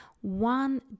One